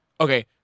okay